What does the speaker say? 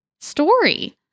story